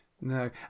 No